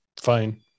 fine